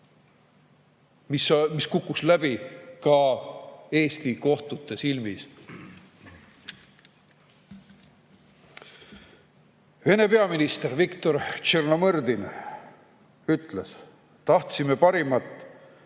mis kukkus läbi ka Eesti kohtute silmis. Vene peaminister Viktor Tšernomõrdin ütles, et tahtsime parimat, aga läks